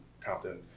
Compton